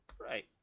Right